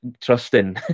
trusting